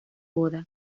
boda